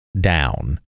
Down